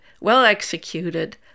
well-executed